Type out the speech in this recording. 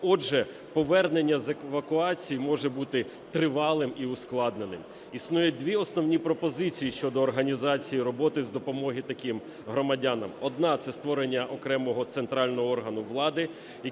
Отже, повернення з евакуації може бути тривалим і ускладненим. Існує дві основні пропозиції щодо організації роботи з допомоги таким громадянам. Одна – це створення окремого центрального органу влади,